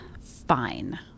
fine